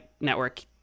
network